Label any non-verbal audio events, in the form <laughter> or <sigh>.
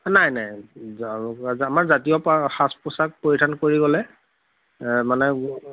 নাই নাই আমাৰ জাতীয় <unintelligible> সাজ পোছাক পৰিধান কৰি গ'লে মানে <unintelligible>